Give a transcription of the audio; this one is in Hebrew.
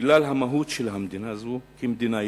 בגלל המהות של המדינה הזאת, כמדינה יהודית,